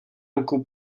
ruku